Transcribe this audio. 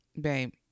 babe